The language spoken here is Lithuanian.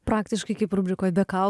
praktiškai kaip rubrikoj be kau